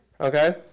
okay